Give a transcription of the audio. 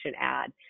ad